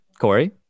Corey